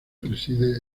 preside